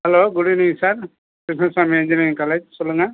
hello good evening sir Krishnasamy engineering college சொல்லுங்கள்